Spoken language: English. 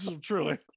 truly